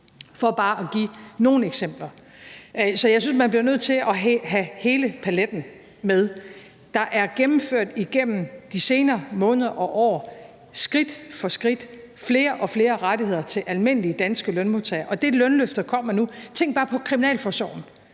for bare at give nogle eksempler. Så jeg synes, man bliver nødt til at have hele paletten med. Der er igennem de senere måneder og år skridt for skridt gennemført flere og flere rettigheder til almindelige danske lønmodtagere og nu det lønløft, der kommer. Tænk bare på kriminalforsorgen